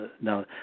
now